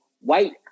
white